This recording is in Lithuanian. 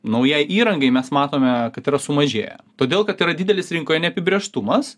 naujai įrangai mes matome kad yra sumažėję todėl kad yra didelis rinkoje neapibrėžtumas